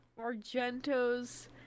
Argento's